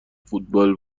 فوتبال